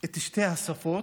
את שתי השפות